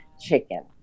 chicken